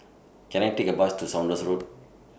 Can I Take A Bus to Saunders Road